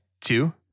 two